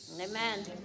Amen